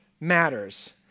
matters